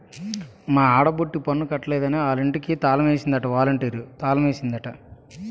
మా ఆడబొట్టి పన్ను కట్టలేదని ఆలింటికి తాలమేసిందట ఒలంటీరు తాలమేసిందట ఓ